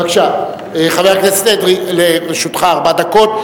בבקשה חבר הכנסת אדרי, לרשותך ארבע דקות.